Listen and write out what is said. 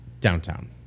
Downtown